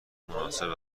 مناسب